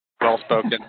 well-spoken